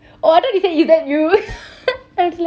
oh I thought you said is that you I'll slap you